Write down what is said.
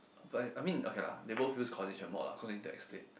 but I mean okay lah they both use correlation mod ah cause need to explain